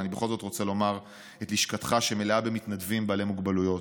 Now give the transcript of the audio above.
אבל אני בכל זאת רוצה לדבר על לשכתך שמלאה במתנדבים בעלי מוגבלויות